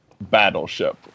Battleship